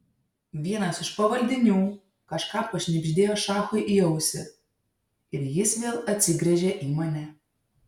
vienas iš pavaldinių kažką pašnibždėjo šachui į ausį ir jis vėl atsigręžė į mane